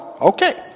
Okay